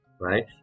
right